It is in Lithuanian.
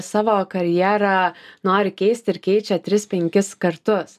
savo karjerą nori keisti ir keičia tris penkis kartus